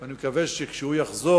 ואני מקווה שכשהוא יחזור,